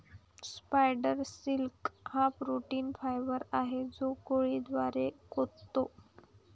spider silk हा protein fibre आहे जो कोळी द्वारे काततो